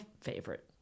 favorite